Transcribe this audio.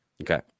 Okay